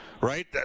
Right